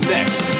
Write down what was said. Next